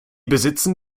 besitzen